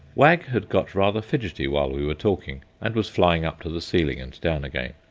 wag had got rather fidgety while we were talking, and was flying up to the ceiling and down again,